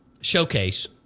showcase